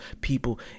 people